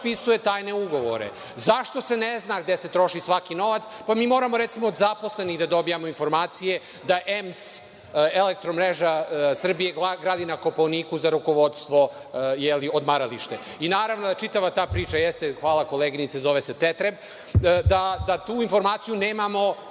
potpisuje tajne ugovore? Zašto se ne zna gde se troši svaki novac pa mi moramo recimo od zaposlenih da dobijamo informacije da EMS gradi na Kopaoniku za rukovodstvo odmaralište? Naravno da čitava ta priča jeste…Hvala koleginice. Zove se „tetreb“, da tu informaciju nemamo,